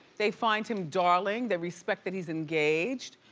they find him darling, they respect that he's engaged,